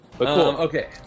Okay